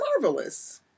marvelous